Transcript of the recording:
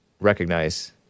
recognize